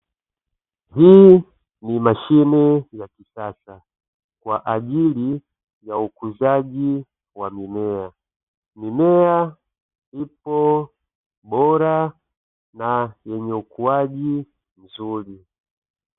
Hii ni mashine ya kisasa kwa ajili ya ukuzaji wa mimea, mimea ipo bora na yenye ukuaji mzuri.